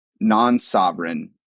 non-sovereign